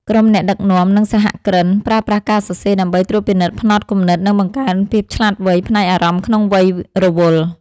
ក្រុមអ្នកដឹកនាំ និងសហគ្រិន ប្រើប្រាស់ការសរសេរដើម្បីត្រួតពិនិត្យផ្នត់គំនិត និងបង្កើនភាពឆ្លាតវៃផ្នែកអារម្មណ៍ក្នុងវ័យរវល់។